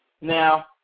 Now